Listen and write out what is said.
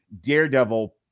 daredevil